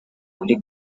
kuri